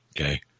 okay